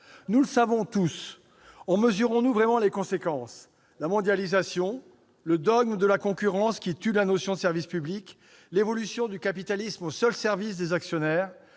Nous le savons tous ; en mesurons-nous vraiment les conséquences ? La mondialisation, le dogme de la concurrence qui tue la notion de service public, l'évolution du capitalisme au seul service des actionnaires,